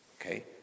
okay